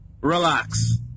relax